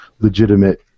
legitimate